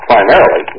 Primarily